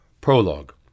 Prologue